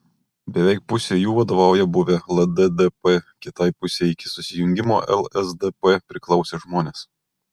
beveik pusei jų vadovauja buvę lddp kitai pusei iki susijungimo lsdp priklausę žmonės